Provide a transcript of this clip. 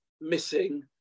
missing